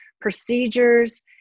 procedures